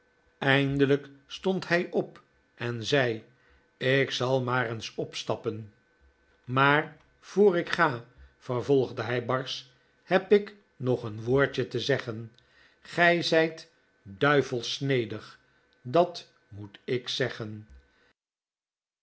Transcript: eindelijk stond hij op en zei ik zal maar eens opstappen maar voor ik ga vervolgde hij barsch heb ik nog een woordje te zeggen gij zijt duivelsch snedig dat moet ik zeggen